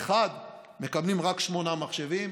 1 מקבלים רק שמונה מחשבים.